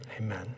Amen